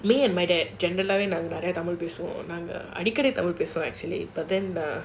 me and my dad நெறய:neraya tamil பேசுவோம் அடிக்கடி:pesuvom adikadi tamil பேசுவோம்:pesuvom actually but then ugh